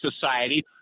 society